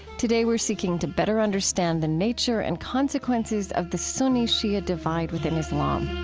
today, we're seeking to better understand the nature and consequences of the sunni-shia divide within islam